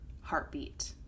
heartbeat